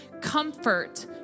comfort